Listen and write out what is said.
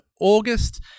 August